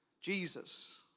Jesus